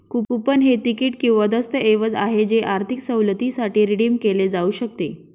coupon हे ticket किंवा दस्तऐवज आहे जे आर्थिक सवलतीसाठी रिडीम केले जाऊ शकते